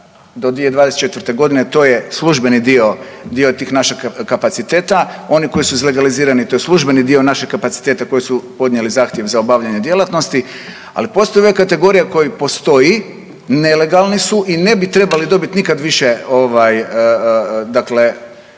do 2024. godine, to je službeni dio, dio tih naših kapaciteta, oni koji su izlegalizirani to je službeni dio naših kapaciteta koji su podnijeli zahtjev za obavljanje djelatnosti, ali postoji i ova kategorija koja postoji, nelegalni su i ne bi trebali dobiti nikad više ovaj dakle